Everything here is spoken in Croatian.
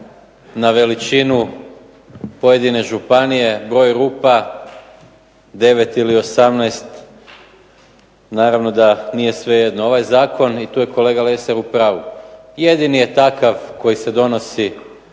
na veličinu pojedine županije, broju rupa 9 ili 18. Naravno da nije svejedno. Ovaj zakon i tu je kolega Lesar u pravu. Jedini je takav koji se donosi